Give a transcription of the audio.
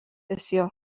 بسیار